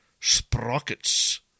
Sprockets